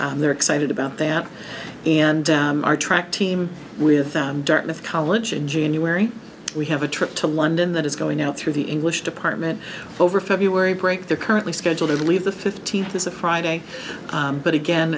they're excited about that and our track team with them dartmouth college in january we have a trip to london that is going out through the english department over february break they're currently scheduled to leave the fifteenth is a friday but